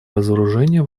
разоружения